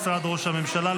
משרד ראש הממשלה,